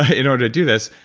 ah in order to do this.